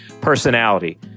personality